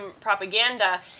propaganda